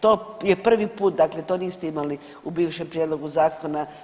To je prvi put, dakle to niste imali u bivšem prijedlogu zakona.